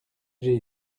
j’ai